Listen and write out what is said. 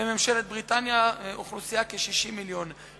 בממשלת בריטניה, אוכלוסייה: כ-60 מיליון.